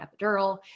epidural